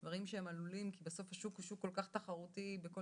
כי בסוף השוק הוא שוק כל כך תחרותי בכל